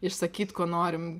išsakyt ko norim